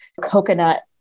Coconut